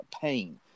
pain